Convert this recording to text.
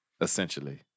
essentially